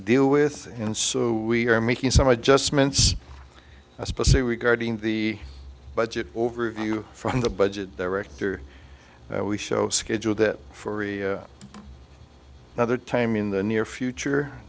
deal with and so we are making some adjustments specific regarding the budget overview from the budget director that we show scheduled that for another time in the near future